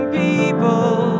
people